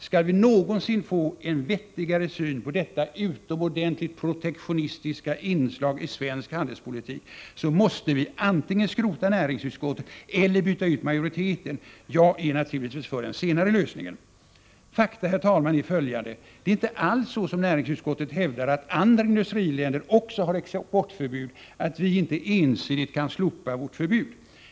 Skall vi någonsin få en vettigare syn på detta utomordentligt protektionistiska inslag i svensk handelspolitik, måste vi antingen skrota näringsutskottet eller byta ut majoriteten. Jag är naturligtvis för den senare lösningen. Fakta är följande, herr talman: Det är inte alls så som näringsutskottet hävdar, att andra industriländer också har exportförbud och att vi därför inte ensidigt kan slopa vårt förbud.